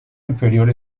inferior